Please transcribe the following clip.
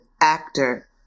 actor